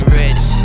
rich